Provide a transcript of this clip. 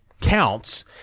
counts